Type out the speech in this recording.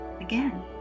Again